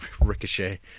ricochet